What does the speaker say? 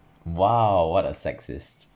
!wow! what a sexist